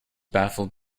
baffled